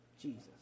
Jesus